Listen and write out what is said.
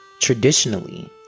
Traditionally